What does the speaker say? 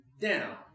down